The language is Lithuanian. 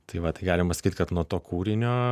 tai va tai galima sakyt kad nuo to kūrinio